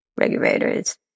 regulators